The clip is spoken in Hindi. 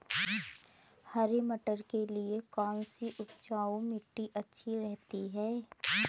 हरे मटर के लिए कौन सी उपजाऊ मिट्टी अच्छी रहती है?